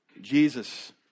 Jesus